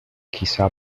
quizá